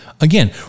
again